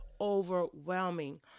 overwhelming